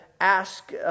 ask